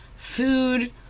Food